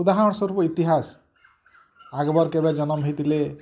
ଉଦାହରଣ ସ୍ୱରୂପ ଇତିହାସ ଆକ୍ବର୍ କେବେ ଜନମ୍ ହେଇଥିଲେ